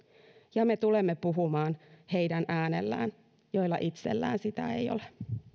ja me tulemme puhumaan heidän äänellään joilla itsellään sitä ei ole